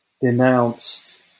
denounced